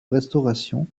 restauration